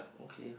okay